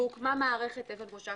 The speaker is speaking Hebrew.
והוקמה מערכת אבן ראשה,